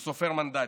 הוא סופר מנדטים.